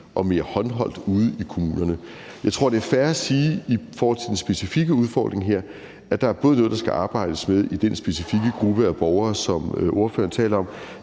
og mere håndholdt ude i kommunerne. Jeg tror, det er fair at sige i forhold til den specifikke udfordring her, at der både er noget, der skal arbejdes med i den specifikke gruppe af borgere, som ordføreren taler om,